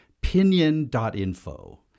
Pinion.info